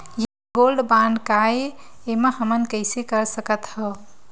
ये gold bond काय ए एमा हमन कइसे कर सकत हव?